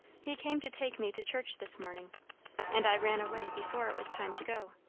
he came to take me to church this morning and i ran away before it was time to go.